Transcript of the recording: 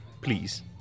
please